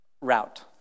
route